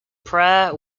prayer